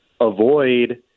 avoid